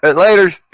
but laters